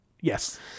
Yes